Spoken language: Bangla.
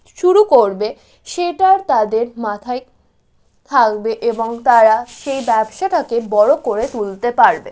শুরু করবে সেটা আর তাদের মাথায় থাকবে এবং তারা সেই ব্যবসাটকে বড়ো করে তুলতে পারবে